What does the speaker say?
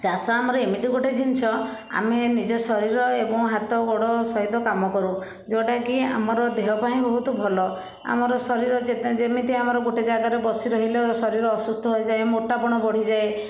ଚାଷ ଆମର ଏମିତି ଗୋଟେ ଜିନିଷ ଆମେ ନିଜ ଶରୀର ଏବଂ ହାତ ଗୋଡ଼ ସହିତ କାମ କରୁ ଯେଉଁଟାକି ଆମର ଦେହ ପାଇଁ ବହୁତ ଭଲ ଆମର ଶରୀର ଯେତେ ଯେମିତି ଆମର ଗୋଟେ ଜାଗାରେ ବସି ରହିଲେ ଶରୀର ଅସୁସ୍ଥ ହୋଇଯାଏ ମୋଟାପଣ ବଢ଼ିଯାଏ